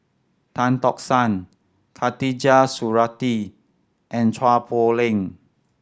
Tan Tock San Khatijah Surattee and Chua Poh Leng